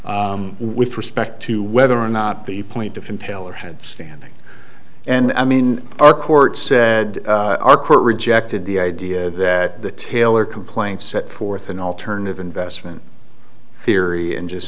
am with respect to whether or not the point of him taylor had standing and i mean our court said our court rejected the idea that the taylor complaint set forth an alternative investment theory and just